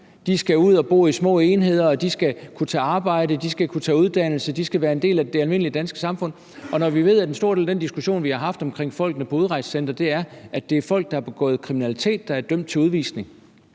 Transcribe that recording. De skal ud at bo i små enheder, de skal kunne tage arbejde, de skal kunne tage en uddannelse, de skal være en del af det almindelige danske samfund, og når vi ved, at en stor del af den diskussion, vi har haft omkring folkene på udrejsecentre, har handlet om, at det er folk, der har begået kriminalitet, og som er dømt til udvisning,